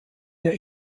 der